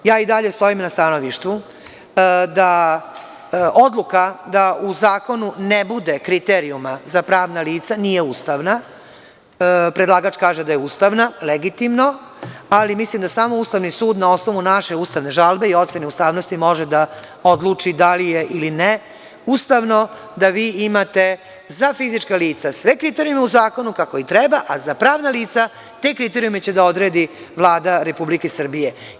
Ja i dalje stojim na stanovištu da odluka, da u zakonu ne bude kriterijuma za pravna lica, nije ustavna, a predlagač kaže da je ustavna, legitimna, ali mislim da samo Ustavni sud na osnovu naše ustavne žalbe i ocene ustavnosti može da odluči da li je ili ne ustavno, da vi imate, za fizička lica sve kriterijume u zakonu, kako i treba, a za pravna lica, te kriterijume će da odredi Vlada Republike Srbije.